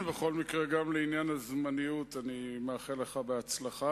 בכל מקרה, גם לעניין הזמניות אני מאחל לך בהצלחה.